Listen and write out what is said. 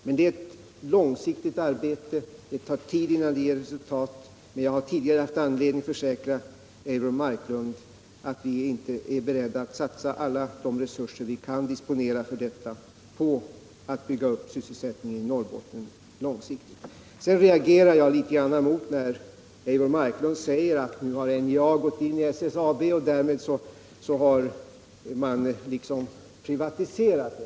Detta är ett långsiktigt arbete, och det tar tid innan det ger något resultat, men jag har tidigare haft anledning försäkra Eivor Marklund att vi är beredda att satsa alla resurser vi kan disponera för ändamålet på att försöka bygga upp sysselsättningen i Norrbotten långsiktigt. Sedan reagerar jag emot att Eivor Marklund säger att man genom att NJA nu har gått in i SSAB därmed har privatiserat NJA.